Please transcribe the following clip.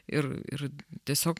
ir ir tiesiog